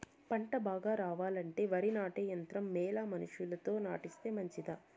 పంట బాగా రావాలంటే వరి నాటే యంత్రం మేలా మనుషులతో నాటిస్తే మంచిదా?